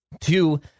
Two